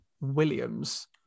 Williams